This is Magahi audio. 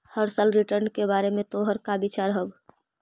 हर साल रिटर्न के बारे में तोहर का विचार हवऽ?